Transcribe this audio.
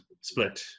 split